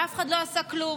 ואף אחד לא עשה כלום.